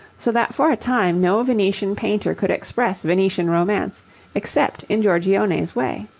so that for a time no venetian painter could express venetian romance except in giorgione's way.